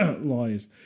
Lies